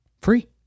Free